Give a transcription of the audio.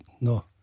No